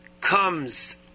comes